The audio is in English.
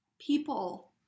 people